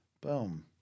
Boom